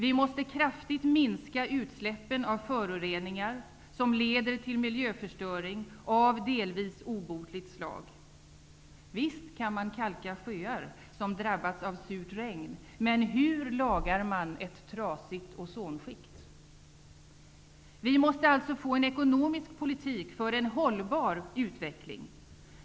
Vi måste kraftigt minska utsläppen av föroreningar som leder till miljöförstöring av delvis obotligt slag. Visst kan man kalka sjöar som drabbats av surt regn, men hur lagar man ett trasigt ozonskikt? Vi måste alltså få en ekonomisk politik för en hållbar utveckling.